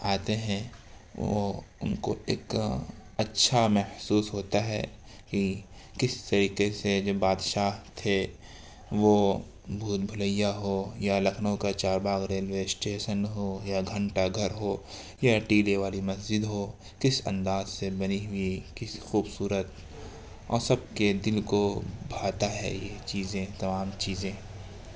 آتے ہیں وہ ان کو ایک اچھا محسوس ہوتا ہے کہ کس طریقے سے جو بادشاہ تھے وہ بھول بھلیاں ہو یا لکھنؤ کا چار باغ ریلوے اسٹیشن ہو یا گھنٹہ گھر ہو یا ٹیلے والی مسجد ہو کس انداز سے بنی ہوئی کیسی خوبصورت اور سب کے دل کو بھاتا ہے یہ چیزیں تمام چیزیں